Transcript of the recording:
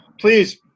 please